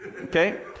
okay